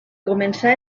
començà